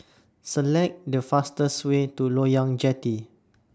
Select The fastest Way to Loyang Jetty